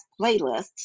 playlists